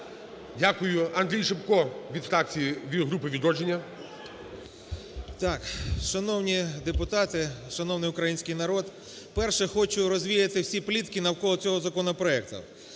Дякую. АндрійШипко від фракції, від групи "Відродження".